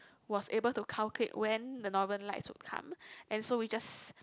was able to calculate when the Northern Lights would come and so we just